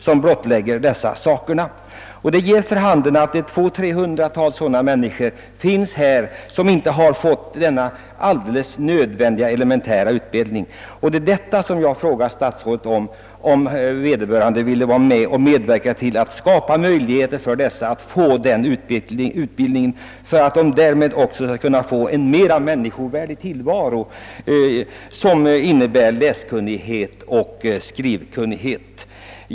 Den har givit vid handen att 200—300 människor inte har fått denna elementära utbildning. Min fråga till statsrådet gällde därför, om han ville medverka till att skapa möjligheter för dem att få denna grundläggande utbildning för att de därigenom skulle kunna föra en mera människovärdig tillvaro.